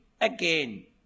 again